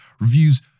reviews